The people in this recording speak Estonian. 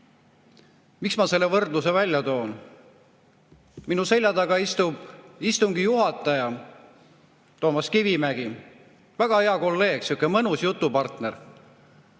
Miks ma selle võrdluse välja toon? Minu selja taga istub istungi juhataja Toomas Kivimägi, väga hea kolleeg, sihuke mõnus jutupartner.